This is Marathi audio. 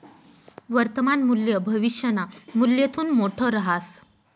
वर्तमान मूल्य भविष्यना मूल्यथून मोठं रहास